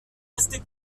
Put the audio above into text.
restez